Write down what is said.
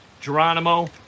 Geronimo